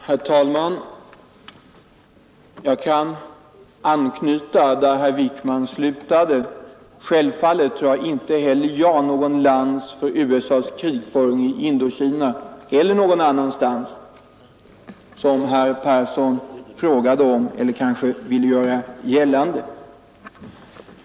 Herr talman! Jag kan anknyta där herr Wijkman slutade. Självfallet drar inte heller jag någon lans för USA:s krigföring i Indokina som herr Persson i Stockholm kanske ville göra gällande.